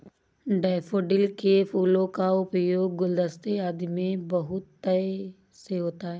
daffodil के फूलों का उपयोग गुलदस्ते आदि में बहुतायत से होता है